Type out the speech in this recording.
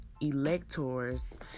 electors